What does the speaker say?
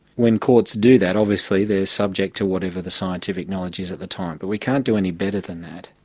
when courts do that, obviously they're subject to whatever the scientific knowledge is at the time, but we can't do any better than that.